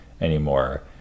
anymore